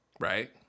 Right